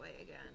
again